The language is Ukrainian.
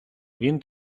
він